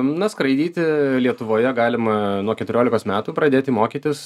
na skraidyti lietuvoje galima nuo keturiolikos metų pradėti mokytis